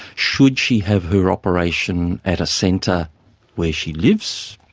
should she have her operation at a centre where she lives,